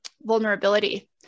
vulnerability